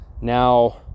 Now